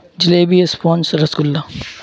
جلیبی اسپانس رسگلا